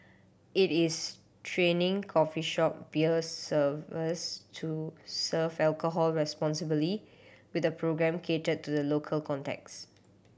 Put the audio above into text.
it is training coffee shop beer servers to serve alcohol responsibly with a programme catered to the local context